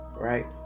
Right